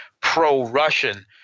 pro-Russian